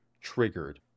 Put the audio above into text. triggered